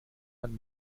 man